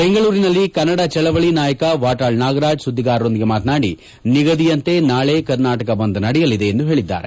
ಬೆಂಗಳೂರಿನಲ್ಲಿ ಕನ್ನಡ ಚಳವಳಿ ನಾಯಕ ವಾಟಾಳ್ ನಾಗರಾಜ್ ಸುದ್ವಿಗಾರರೊಂದಿಗೆ ಮಾತನಾಡಿ ನಿಗದಿಯಂತೆ ನಾಳೆ ಕರ್ನಾಟಕ ಬಂದ್ ನಡೆಯಲಿದೆ ಎಂದು ಹೇಳಿದ್ದಾರೆ